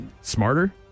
smarter